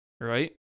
Right